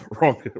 Wrong